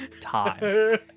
time